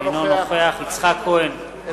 אינו נוכח יצחק כהן,